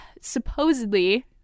supposedly